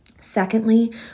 Secondly